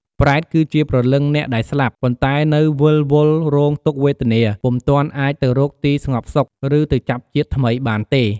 ប្រេត គឺជាព្រលឹងអ្នកដែលស្លាប់ ប៉ុន្តែនៅវិលវល់រងទុក្ខវេទនា ពុំទាន់អាចទៅរកទីស្ងប់សុខ ឬទៅចាប់ជាតិថ្មីបានទេ។